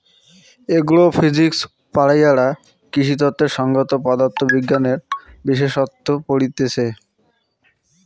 agro physics পড়াইয়ারা কৃষিতত্ত্বের সংগত পদার্থ বিজ্ঞানের বিশেষসত্ত পড়তিছে